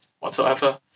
Whatsoever